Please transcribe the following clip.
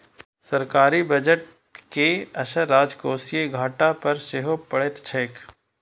सरकारी बजट के असर राजकोषीय घाटा पर सेहो पड़ैत छैक